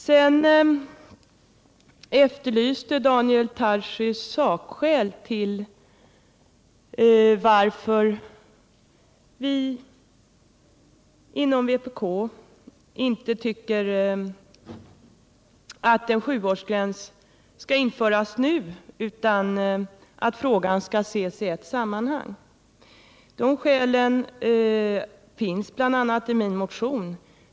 Daniel Tarschys efterlyste sakskäl till varför vi inom vpk inte tycker att en sjuårsgräns skall införas nu utan att frågan skall ses i ett sammanhang. De skälen finns bl.a. i min motion.